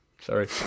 Sorry